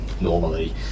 normally